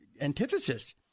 antithesis